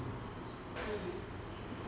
G_V